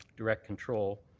direct control,